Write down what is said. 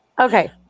Okay